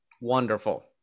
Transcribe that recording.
Wonderful